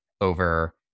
over